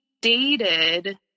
dated